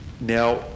Now